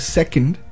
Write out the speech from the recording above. second